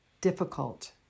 difficult